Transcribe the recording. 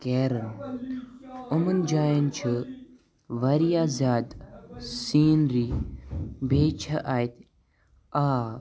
کیرَن یِمن جایَن چھُ واریاہ زیادٕ سیٖنری بیٚیہِ چھِ اَتہِ آب